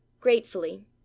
gratefully